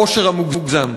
העושר המוגזם.